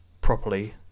properly